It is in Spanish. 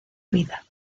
vida